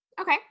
Okay